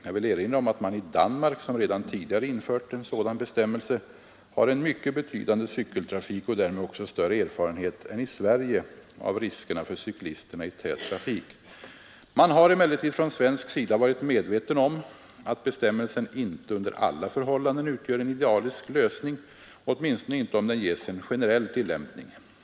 Jag vill erinra om att man i Danmark, som redan tidigare infört en sådan bestämmelse, har en mycket betydande cykeltrafik och därmed också större erfarenhet än i Sverige av riskerna för cyklisterna i tät trafik. Man har emellertid från svensk sida varit medveten om att bestämmelsen inte under alla förhållanden utgör en idealisk lösning, åtminstone inte om den ges en generell tillämpning.